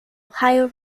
ohio